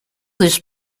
this